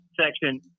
Section